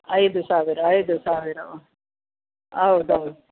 ಐದು ಸಾವಿರ ಐದು ಸಾವಿರ ಹೌದ್ ಹೌದ್